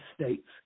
States